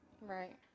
Right